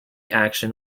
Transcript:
action